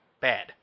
bad